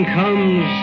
comes